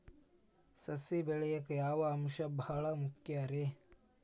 ಸಸಿ ಬೆಳೆಯಾಕ್ ಯಾವ ಅಂಶ ಭಾಳ ಮುಖ್ಯ ರೇ?